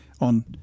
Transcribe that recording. on—